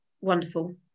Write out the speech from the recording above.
wonderful